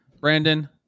Brandon